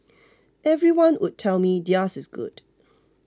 everyone would tell me theirs is good